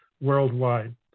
worldwide